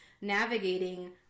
navigating